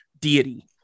deity